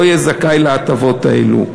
לא יהיה זכאי להטבות האלה.